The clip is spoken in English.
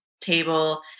table